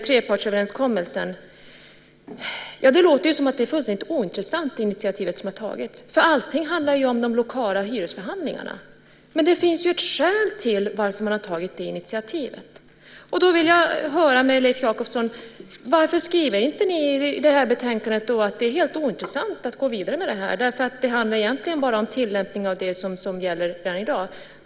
Trepartsöverenskommelsen - ja, det verkar som att det initiativ som har tagits är fullständigt ointressant. Allting handlar om de lokala hyresförhandlingarna. Men det finns skäl till att man har tagit det initiativet. Då vill jag höra med Leif Jakobsson: Varför skrivet ni inte i det här betänkandet att det är helt ointressant att gå vidare med det här. Det sägs att det bara handlar om tillämpningen av det som finns i dag.